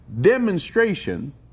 demonstration